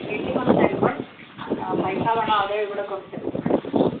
വീട്ടിൽ കൊണ്ട് തരുമ്പം പൈസ വേണോ അതോ ഇവിടെ കൊണ്ടുതരുമോ